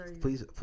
please